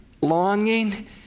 longing